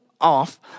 off